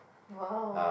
!wow!